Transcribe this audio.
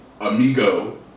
amigo